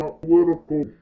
political